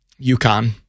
UConn